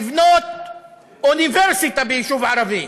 לבנות אוניברסיטה ביישוב ערבי.